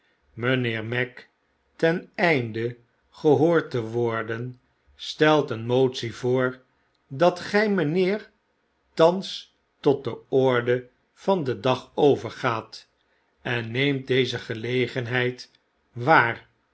mynheer magg ten einde gehoord te worden stelt ieen motie voor dat gij mynheer thans tot de orde van den dag overgaat en neemt deze gelegenheid waar